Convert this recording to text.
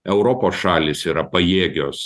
europos šalys yra pajėgios